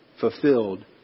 fulfilled